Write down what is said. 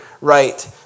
right